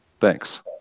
Thanks